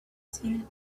seen